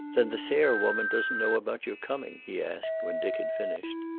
then the sayre woman doesn't know about your coming? he asked, when dick had finished.